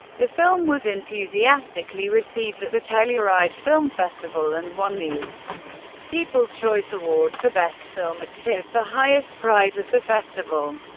the film was enthusiastically received at the telluride film festival and won the people's choice award for best film at tiff, the highest prize of the festival.